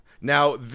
Now